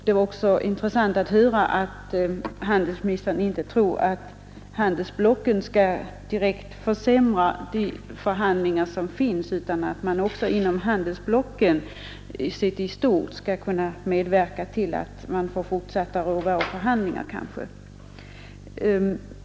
Det var också intressant att höra att handelsministern inte tror att handelsblocken skall direkt försämra de förhandlingar som pågår utan att man kanske också inom handelsblocken skall kunna medverka till fortsatta förhandlingar.